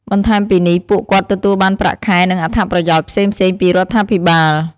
បន្ថែមពីនេះ ពួកគាត់ទទួលបានប្រាក់ខែ និងអត្ថប្រយោជន៍ផ្សេងៗពីរដ្ឋាភិបាល។